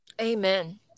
Amen